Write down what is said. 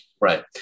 Right